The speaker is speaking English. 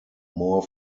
more